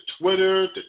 Twitter